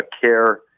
care